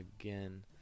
Again